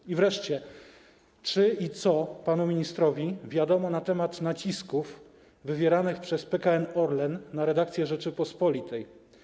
I wreszcie czy i co panu ministrowi wiadomo na temat nacisków wywieranych przez PKN Orlen na redakcję „Rzeczpospolitej”